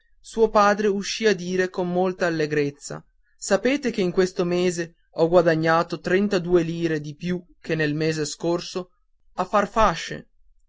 suo padre uscì a dire con molta allegrezza sapete che in questo mese ho guadagnato trentadue lire di più che nel mese scorso a far fasce